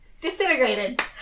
Disintegrated